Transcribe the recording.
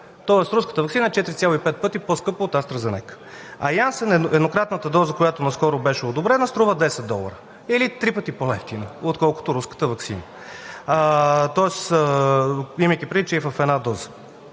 тоест руската ваксина 4,5 пъти е по-скъпа от AstraZeneca. А „Янсен“ еднократната доза, която наскоро беше одобрена струва 10 долара, или три пъти по евтина, отколкото руската ваксина. Тоест, имайки предвид, че е в една доза